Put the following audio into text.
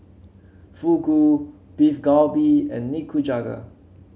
Fugu Beef Galbi and Nikujaga